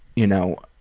you know.